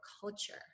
culture